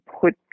put